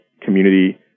community